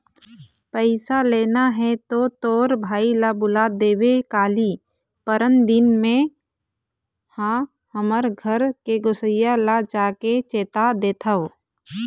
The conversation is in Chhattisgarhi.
पइसा लेना हे तो तोर भाई ल बुला देबे काली, परनदिन में हा हमर घर के गोसइया ल जाके चेता देथव